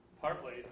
partly